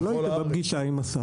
אתה לא היית בפגישה עם השר.